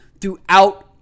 throughout